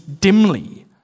dimly